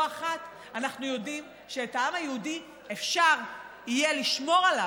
לא אחת אנחנו יודעים שעל העם היהודי אפשר יהיה לשמור רק